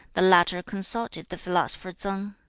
the latter consulted the philosopher tsang.